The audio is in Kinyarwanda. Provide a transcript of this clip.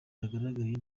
ryagaragaye